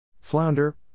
Flounder